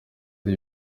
ari